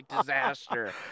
disaster